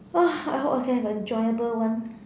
I hope I can have an enjoyable one